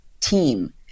team